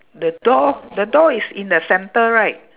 the door the door is in the centre right